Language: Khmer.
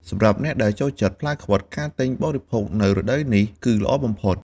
សម្រាប់អ្នកដែលចូលចិត្តផ្លែខ្វិត ការទិញបរិភោគនៅរដូវកាលនេះ គឺល្អបំផុត។